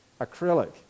acrylic